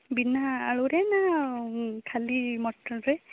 ବିନା ଆଳୁରେ ନା ଖାଲି ମଟରରେ